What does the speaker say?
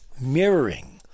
mirroring